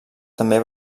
també